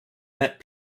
met